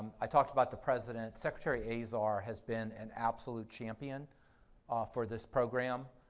i talked about the president, secretary azar has been an absolute champion for this program.